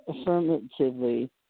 affirmatively